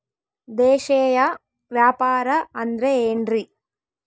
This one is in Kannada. ದೇಶೇಯ ವ್ಯಾಪಾರ ಅಂದ್ರೆ ಏನ್ರಿ?